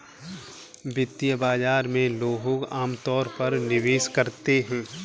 वित्तीय बाजार में लोग अमतौर पर निवेश करते हैं